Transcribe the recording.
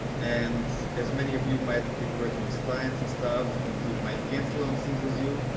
and as many of you might be working with clients and stuff and two might cancel on things with you.